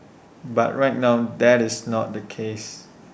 but right now that's not the case